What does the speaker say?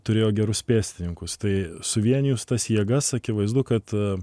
turėjo gerus pėstininkus tai suvienijus tas jėgas akivaizdu kad